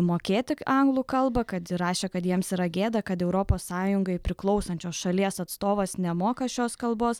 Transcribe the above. mokėti anglų kalbą kad rašė kad jiems yra gėda kad europos sąjungai priklausančios šalies atstovas nemoka šios kalbos